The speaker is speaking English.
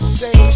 say